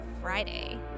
Friday